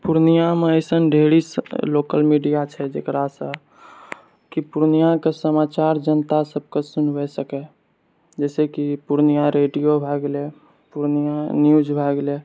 पुर्णियामे ऐसन ढ़ेरी लोकल मीडिया छै जकरासँ कि पुर्णियाके समाचार जनता सबके सुनबै सकै जैसे कि पुर्णिया रेडियो भए गेलै पुर्णिया न्यूज भए गेलै